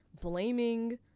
blaming